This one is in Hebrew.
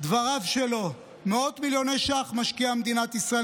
דבריו שלו: מאות מיליוני שקלים משקיעה מדינת ישראל